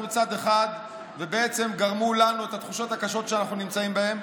צד אחד ובעצם גרמו לנו את התחושות הקשות שאנחנו נמצאים בהן,